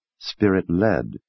spirit-led